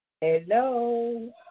Hello